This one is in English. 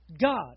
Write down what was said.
God